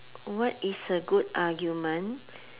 what is a good argument